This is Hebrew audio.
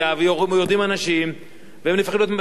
והם הופכים להיות פליטים בתוך תל-אביב.